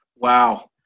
Wow